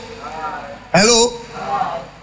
Hello